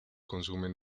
consumen